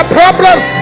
problems